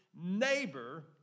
neighbor